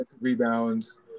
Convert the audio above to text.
rebounds